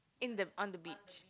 in the on the beach